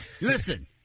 Listen